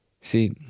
See